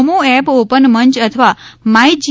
નમો app open મંચ અથવા માઇ જી